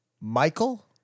Michael